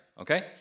okay